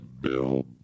Bill